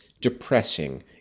depressing